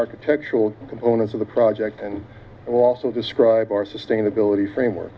architectural components of the project and also describe our sustainability framework